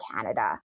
Canada